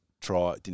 try